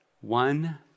one